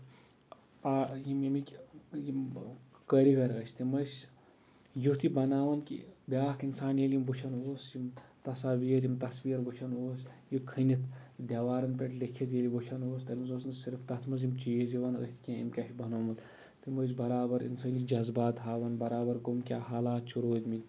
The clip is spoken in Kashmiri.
یِم اَمیِکۍ یِم کٲری گر ٲسۍ تِم ٲسۍ یُتھ یہِ بَناوان کہِ بیاکھ اِنسان ییٚلہِ یِم وٕچھان اوس یِم تَصاویٖر یِم تَصویٖر وٕچھان اوس یہِ کھٔنِتھ دیوارن پٮ۪ٹھ لٮ۪کھِتھ ییٚلہِ وٕچھان اوس تٔمِس اوس نہٕ صرف تَتھ منٛز یِم چیٖز یِوان اتھِ کیٚنٛہہ أمۍ کیاہ چھُ بَنومُت تِم ٲسۍ برابر اِنسٲنی جزبات ہاوان برابر کٔمۍ کیاہ حالات چھِ روٗدمٕتۍ